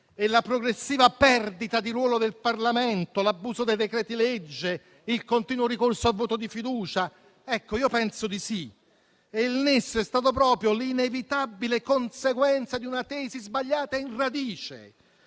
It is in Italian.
e la progressiva perdita di ruolo del Parlamento, l'abuso dei decreti-legge, il continuo ricorso al voto di fiducia? Ecco, io penso di sì. Il nesso è stato proprio l'inevitabile conseguenza di una tesi sbagliata in radice,